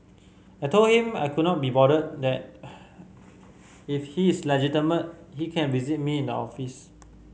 I told him I could not be bothered that if he is legitimate he can visit me in the office